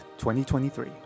2023